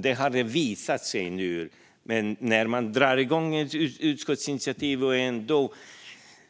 Det har visat sig nu, när man drar igång ett utskottsinitiativ och